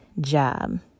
job